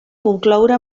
concloure